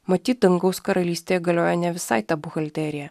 matyt dangaus karalystė galioja ne visai ta buhalterija